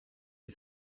est